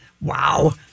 Wow